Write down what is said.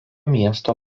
miesto